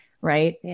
right